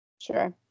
Sure